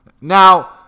Now